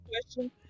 question